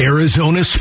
Arizona